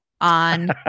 on